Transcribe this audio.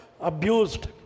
abused